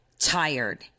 tired